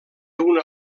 una